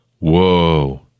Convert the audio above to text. Whoa